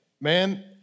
man